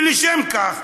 ולשם כך,